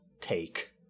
take